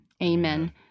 Amen